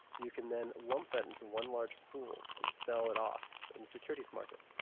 you can then lump that into one large pool and sell it off in the securities market,